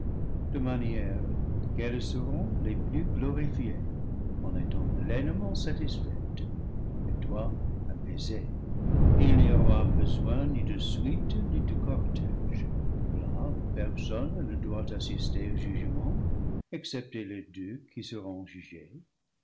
de manière qu'elles seront les plus glorifiées en étant pleinement satisfaites et toi apaisé il n'y aura besoin ni de suite ni de cortége là où personne ne doit assister au jugement excepté les deux qui seront jugés